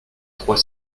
trois